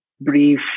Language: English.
brief